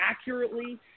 accurately